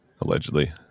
Allegedly